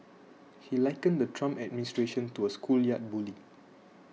he likened the Trump administration to a schoolyard bully